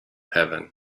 heaven